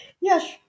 Yes